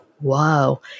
whoa